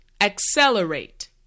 Accelerate